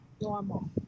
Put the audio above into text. normal